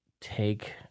take